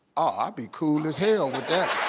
ah be cool as hell with that.